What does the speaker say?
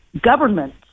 government